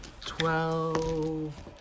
Twelve